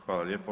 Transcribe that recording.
Hvala lijepo.